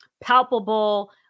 palpable